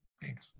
Thanks